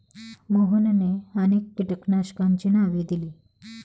मोहनने अनेक कीटकनाशकांची नावे दिली